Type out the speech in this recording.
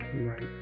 Right